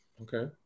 Okay